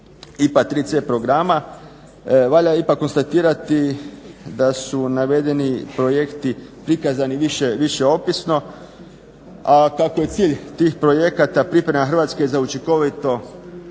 IPA 3C programa valja ipak konstatirati da su navedeni projekti prikazani više opisno, a kako je cilj tih projekata priprema Hrvatske za učinkovito